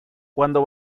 cuando